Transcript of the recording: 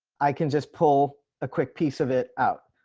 i can just pull a quick piece of it out.